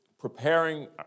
preparing